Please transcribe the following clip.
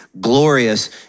glorious